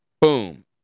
Boom